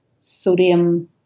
sodium